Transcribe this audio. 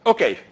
Okay